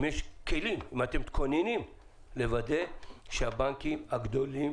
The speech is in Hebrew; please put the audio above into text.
אם יש כלים, אם אתם מתכוננים וודא שהבנקים הגדולים